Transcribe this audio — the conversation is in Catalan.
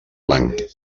blanc